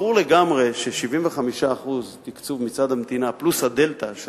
ברור לגמרי ש-75% תקצוב מצד המשרד פלוס הדלתא של